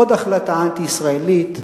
עוד החלטה אנטי-ישראלית,